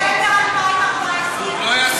וחבר הכנסת אלי כהן, וגם אני,